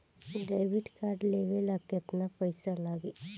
Debit card लेवे ला केतना पईसा लागी?